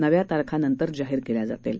नव्या तारखा नंतर जाहीर केल्या जातील